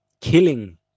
killing